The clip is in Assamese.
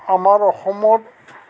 আমাৰ অসমত